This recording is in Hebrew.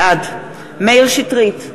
בעד מאיר שטרית,